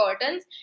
curtains